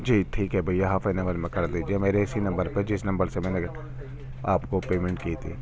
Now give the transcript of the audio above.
جی ٹھیک ہے بھیا ہاف این آور میں کر دیجیے میرے اسی نمبر پہ جس نمبر سے میں نے آپ کو پیمنٹ کی تھی